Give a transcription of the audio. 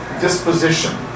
disposition